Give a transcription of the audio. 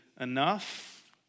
enough